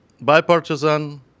bipartisan